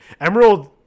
Emerald